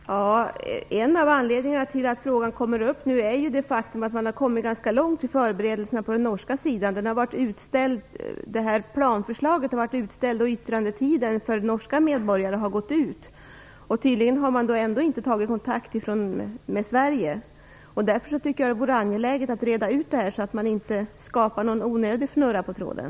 Fru talman! En av anledningarna till att frågan kommer upp nu är det faktum att man har kommit ganska långt i förberedelserna på den norska sidan. Planförslaget har varit utställt och yttrandetiden för norska medborgare har gått ut. Tydligen har man ändå inte tagit kontakt med Sverige. Därför tycker jag att det vore angeläget att reda ut detta, så att man inte skapar någon onödig fnurra på tråden.